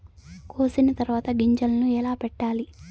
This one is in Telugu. కోసిన తర్వాత గింజలను ఎలా పెట్టాలి